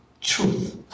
truth